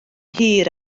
hir